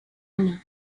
anna